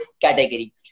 category